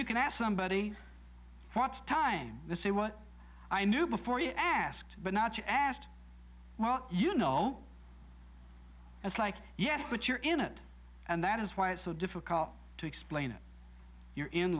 you can ask somebody what time this is what i knew before you asked but not you asked well you know it's like yes but you're in it and that is why it's so difficult to explain it you're in